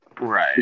right